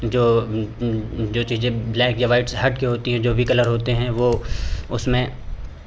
जो जो चीज़ें ब्लैक या व्हाइट से हट कर होती हैं जो भी कलर होते हैं वह उसमें